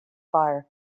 fire